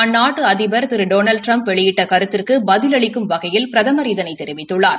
அந்நாட்டு அதிபா் திரு டொளால்டு ட்டிரம்ட் வெளியிட்ட கருத்திற்கு பதிலளிக்கும் வகையில் பிரதமா இதனை தெரிவித்துள்ளார்